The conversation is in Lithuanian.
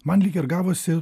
man lyg ir gavosi